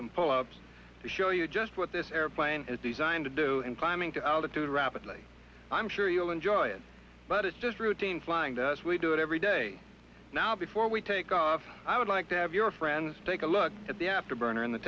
some follow ups to show you just what this airplane is designed to do in climbing to altitude rapidly i'm sure you'll enjoy it but it's just routine flying to us we do it every day now before we take off i would like to have your friends take a look at the afterburner in the